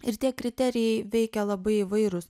ir tie kriterijai veikia labai įvairūs